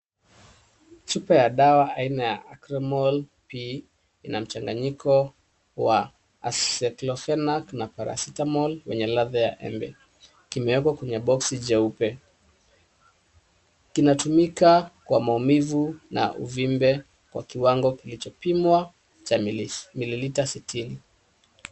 Chupa ya dawa aina ya Acromol-p na mchanganyiko wa Aceclophenac na paracetamol wenye ladha ya embe kimewekwa kwenye boxi jeupe, kinatumika kwa maumivu na uvimbe kwa kiwango kilichopimwa cha mililita sitini